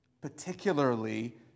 particularly